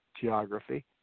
geography